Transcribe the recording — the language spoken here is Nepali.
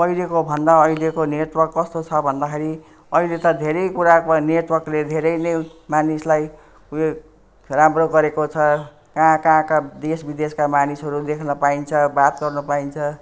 पहिलेको भन्दा अहिलेको नेटवर्क कस्तो छ भन्दाखेरि अहिले त धेरै कुराको नेटवर्कले धेरै नै मानिसलाई ऊ यो राम्रो गरेको छ कहाँ कहाँका देशविदेशका मानिसहरू देख्न पाइन्छ बात गर्नु पाइन्छ